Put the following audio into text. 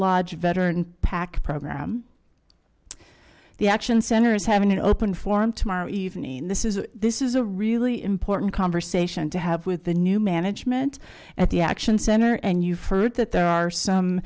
lodge veteran pack program the action center is having an open forum tomorrow evening this is this is a really important conversation to have with the new management at the action center and you've heard that there are some